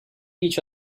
each